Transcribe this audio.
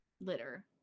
litter